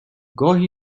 گاهی